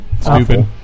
stupid